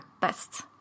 best